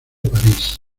parís